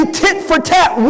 tit-for-tat